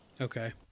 Okay